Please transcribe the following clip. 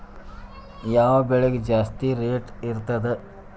ಯಾವ ಬೆಳಿಗೆ ಜಾಸ್ತಿ ರೇಟ್ ಇರ್ತದ?